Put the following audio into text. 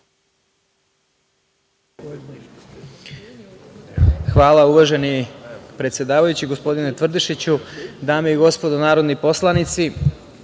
Hvala, uvaženi predsedavajući, gospodine Tvrdišiću. Dame i gospodo narodni poslanici,